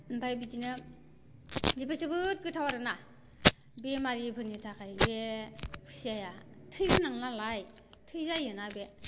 ओमफ्राय बिदिनो बिबो जोबोद गोथाव आरोना बेमारिफोरनि थाखाय बे खुसियाया थै गोनां नालाय थै जायोना बे